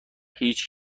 هیچ